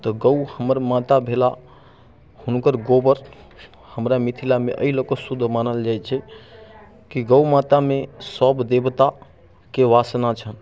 तऽ गौ हमर माता भेला हुनकर गोबर हमरा मिथिलामे अइ लए कऽ शुद्ध मानल जाइ छै कि गौ मातामे सभ देबताके वासना छनि